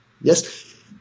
yes